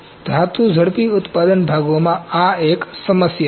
તેથી ધાતુ ઝડપી ઉત્પાદન ભાગોમાં આ એક સમસ્યા છે